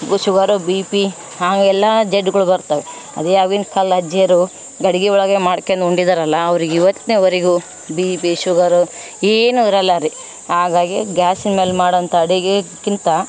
ಬು sugar B P ಹಾಂಗೆ ಎಲ್ಲ ಜಡ್ಗುಳು ಬರ್ತವೆ ಅದೇ ಆಗಿನ ಕಾಲ ಅಜ್ಜಿಯರು ಗಡಿಗೆ ಒಳಗೆ ಮಾಡ್ಕೊಂದ್ ಉಂಡಿದರಲ್ಲ ಅವರಿಗೆ ಇವತ್ತಿನವರೆಗು ಬಿ ಪಿ ಶುಗರು ಏನೂ ಇರೋಲ್ಲಾರಿ ಹಾಗಾಗಿ ಗ್ಯಾಸಿನ ಮೇಲೆ ಮಾಡೋಂಥ ಅಡಿಗೆಕ್ಕಿಂತ